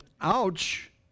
ouch